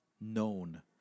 known